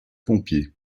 pompiers